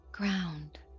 Ground